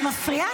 את מפריעה.